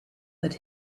that